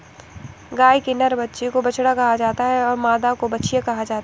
गाय के नर बच्चे को बछड़ा कहा जाता है तथा मादा को बछिया कहा जाता है